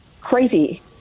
crazy